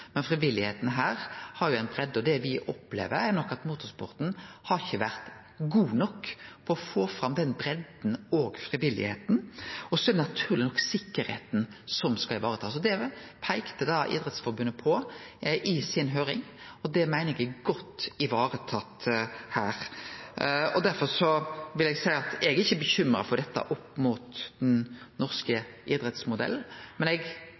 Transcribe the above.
Men frivilligheita her har jo ei breidde. Det me opplever, er nok at motorsporten ikkje har vore god nok på å få fram den breidda og frivilligheita. Og så er det naturleg nok sikkerheita som skal varetakast. Det peikte Idrettsforbundet på i høyringa, og det meiner eg er godt varetatt her. Derfor vil eg seie at eg ikkje er bekymra for dette sett opp mot den norske idrettsmodellen, og som eg